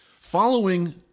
Following